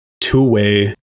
two-way